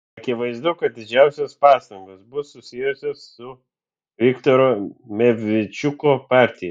akivaizdu kad didžiausios pastangos bus susijusios su viktoro medvedčiuko partija